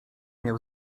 miał